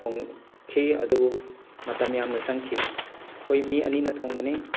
ꯊꯣꯡꯈꯤ ꯑꯗꯨꯕꯨ ꯃꯇꯝ ꯌꯥꯝꯅ ꯆꯪꯈꯤ ꯑꯩꯈꯣꯏ ꯃꯤ ꯑꯅꯤꯅ ꯊꯣꯡꯕꯅꯤ